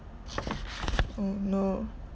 oh no